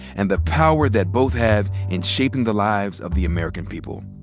and the power that both have in shaping the lives of the american people.